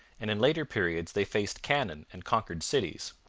and in later periods they faced cannon and conquered cities.